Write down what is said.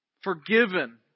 forgiven